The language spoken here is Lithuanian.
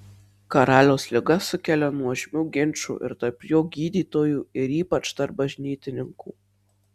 karaliaus liga sukelia nuožmių ginčų ir tarp jo gydytojų ir ypač tarp bažnytininkų